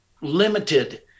limited